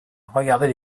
regardez